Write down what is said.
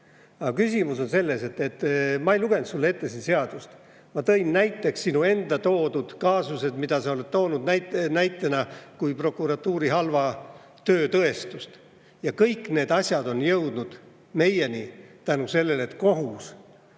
Aga küsimus on selles, et ma ei lugenud sulle ette seadust, vaid ma tõin näiteks sinu enda toodud kaasused, mille sa oled toonud näitena prokuratuuri halva töö tõestuseks. Kõik need asjad on jõudnud meieni tänu sellele, et kohus